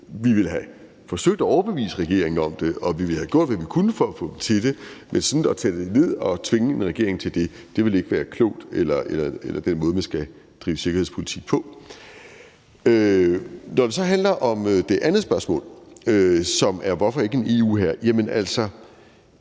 Vi ville have forsøgt at overbevise regeringen om det, og vi ville have gjort, hvad vi kunne for at få dem til det. Men sådan at tage det ned og tvinge en regering til det ville ikke være klogt eller være den måde, man skal føre sikkerhedspolitik på. Når det så handler om det andet spørgsmål, altså hvorfor vi ikke skal have en EU-hær,